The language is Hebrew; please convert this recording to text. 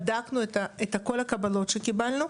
בדקנו את כל הקבלות שקיבלנו,